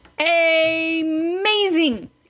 Amazing